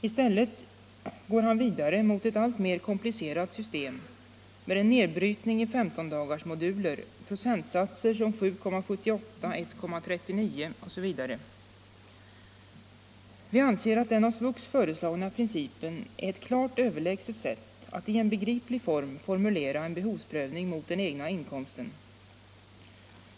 I stället går han vidare mot ett alltmer komplicerat system med en nedbrytning i 15-dagarsmoduler, procentsatser som 7,78, 1,39 osv. Vi anser att den av SVUX föreslagna principen är ett klart överlägset sätt att i en begriplig form uttrycka en behovsprövning mot den egna inkomsten.